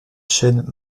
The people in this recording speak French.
chaînes